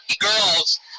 girls